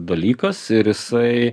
dalykas ir jisai